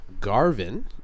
Garvin